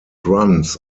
runs